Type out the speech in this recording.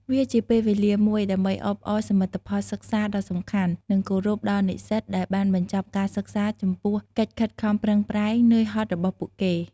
វាជាពេលវេលាមួយ ដើម្បីអបអរសមិទ្ធផលសិក្សាដ៏សំខាន់ និងគោរពដល់និស្សិតដែលបានបញ្ចប់ការសិក្សាចំពោះកិច្ចខិតខំប្រឹងប្រែង នឿយហត់របស់ពួកគេ។